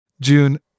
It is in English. June